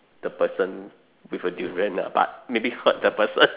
the person with a durian lah but maybe hurt the person